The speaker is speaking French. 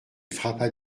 frappa